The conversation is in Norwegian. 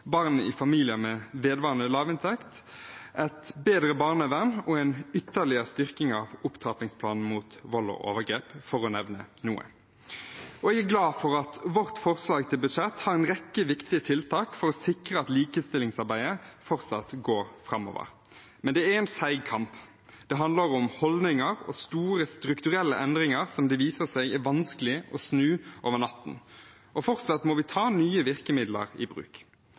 barn i familier med vedvarende lavinntekt, et bedre barnevern og en ytterligere styrking av opptrappingsplanen mot vold og overgrep, for å nevne noe. Jeg er glad for at budsjettforslaget vårt har en rekke viktige tiltak for å sikre at likestillingsarbeidet fortsatt går framover. Men det er en seig kamp. Det handler om holdninger og store strukturelle endringer som det viser seg er vanskelig å snu over natten. Vi må fortsatt ta nye virkemidler i bruk.